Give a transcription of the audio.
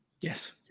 Yes